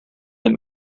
that